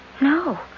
No